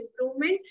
improvement